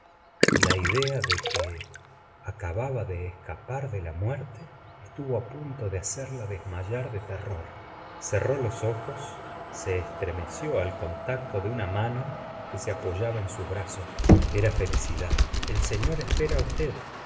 la idea de que aca baba de escapar de la muérte estuvo á punto de hacerla desmayarse de terror cerró los ojos se estremeció al contacto de una mano que se apoyaba en su brazo era felici dad el señor espera á usted